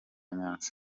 nyanza